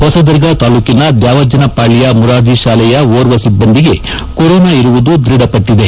ಹೊಸದುರ್ಗ ತಾಲೂಕಿನ ದ್ವಾವಜ್ಜನಪಾಳ್ಯ ಮುರಾರ್ಜ ಶಾಲೆಯ ಓರ್ವ ಸಿಬ್ಬಂದಿಗೆ ಕೊರೋನಾ ಇರುವುದು ದೃಢಪಟ್ಟದೆ